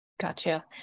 Gotcha